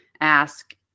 ask